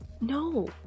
No